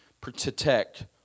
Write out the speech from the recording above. protect